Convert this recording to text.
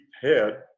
head